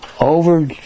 over